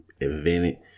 invented